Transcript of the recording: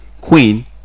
Queen